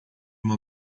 uma